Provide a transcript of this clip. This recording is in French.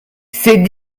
ses